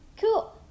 Cool